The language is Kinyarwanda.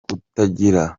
kutagira